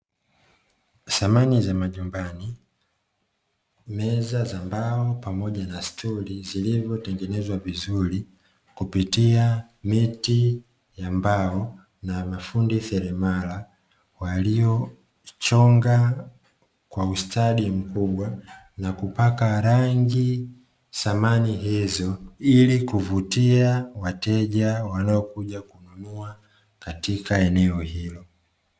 Samani za majumbani, meza za mbao pamoja na stuli zilivyotengenezwa vizuri kupitia miti ya mbao na mafundi selemala waliochonga kwa ustadi mkubwa, na kupaka rangi samani hizo ili kuvutia wateja wanaokuja kununua katika eneo hilo.